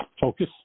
focus